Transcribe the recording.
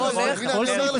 --- הנה אני אומר לך.